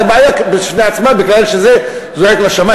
זו בעיה בפני עצמה מפני שזה זועק לשמים.